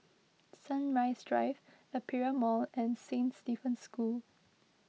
Sunrise Drive Aperia Mall and Saint Stephen's School